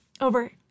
Over